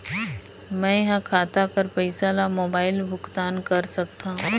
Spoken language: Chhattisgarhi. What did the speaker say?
मैं ह खाता कर पईसा ला मोबाइल भुगतान कर सकथव?